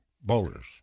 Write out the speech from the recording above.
boulders